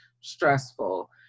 stressful